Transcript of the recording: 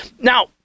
now